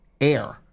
air